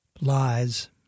lies